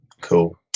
cool